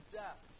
death